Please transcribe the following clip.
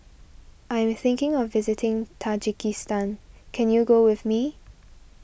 I am thinking of visiting Tajikistan can you go with me